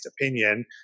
opinion